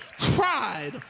cried